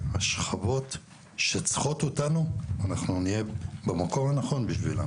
שהשכבות שצריכות אותנו אנחנו נהיה במקום הנכון בשבילן.